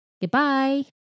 goodbye